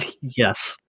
yes